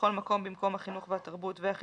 שבכל מקום במקום "החינוך והתרבות והחינוך,